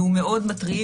והוא מאוד מטריד